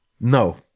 No